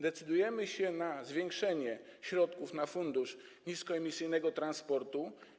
Decydujemy się na zwiększenie środków na Fundusz Niskoemisyjnego Transportu.